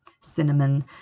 cinnamon